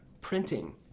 Printing